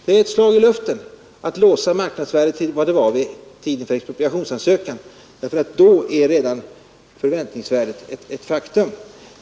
Det är ett slag i luften att låsa markvärdet till vad det var vid tiden för expropriationsansökan, ty då är redan förväntningsvärdet ett faktum.